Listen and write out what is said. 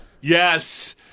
Yes